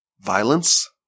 Violence